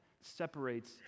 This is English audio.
separates